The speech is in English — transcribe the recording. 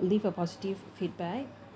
leave a positive feedback